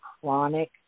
chronic